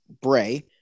Bray